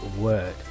word